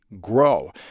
grow